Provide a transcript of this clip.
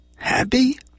Happy